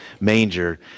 manger